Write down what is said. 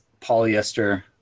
polyester